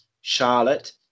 Charlotte